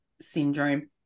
syndrome